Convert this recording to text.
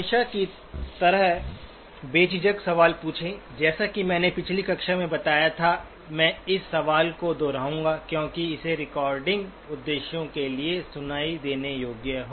हमेशा की तरह बेझिझक सवाल पूछें जैसा कि मैंने पिछली कक्षा में बताया था मैं इस सवाल को दोहराऊंगा क्योंकि इसे रिकॉर्डिंग उद्देश्यों के लिए सुनाई देने योग्य हो